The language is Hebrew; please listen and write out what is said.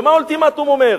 ומה האולטימטום אומר?